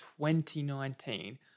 2019